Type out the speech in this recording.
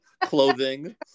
clothing